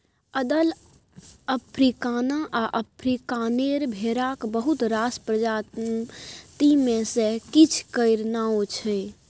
अदल, अफ्रीकाना आ अफ्रीकानेर भेराक बहुत रास प्रजाति मे सँ किछ केर नाओ छै